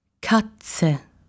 Katze